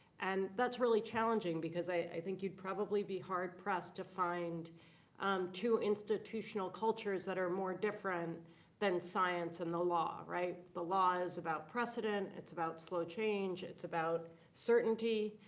and that's really challenging. because i think you'd probably be hard-pressed to find two institutional cultures that are more different than science and the law, right. the law is about precedent. it's about slow change. it's about certainty,